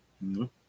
No